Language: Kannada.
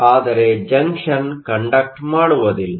ಆದರೆ ಜಂಕ್ಷನ್ ಕಂಡಕ್ಟ್ ಮಾಡುವುದಿಲ್ಲ